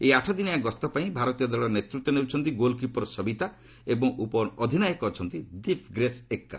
ଏହି ଆଠଦିନିଆ ଗସ୍ତ ପାଇଁ ଭାରତୀୟ ଦଳର ନେତୃତ୍ୱ ନେଉଛନ୍ତି ଗୋଲକିପର ସବିତା ଏବଂ ଉପଅଧିନାୟକ ଅଛନ୍ତି ଦୀପ୍ଗ୍ରେସ୍ ଏକ୍କା